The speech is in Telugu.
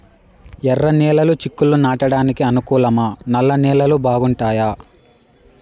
ఎర్రనేలలు చిక్కుళ్లు నాటడానికి అనుకూలమా నల్ల నేలలు బాగుంటాయా